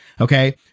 Okay